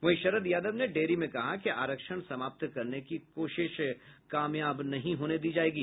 वहीं शरद यादव ने डेहरी में कहा कि आरक्षण समाप्त करने की कोशिश नहीं होने दी जायेगी